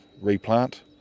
replant